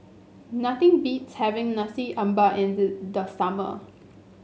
nothing beats having Nasi Ambeng in the the summer